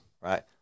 right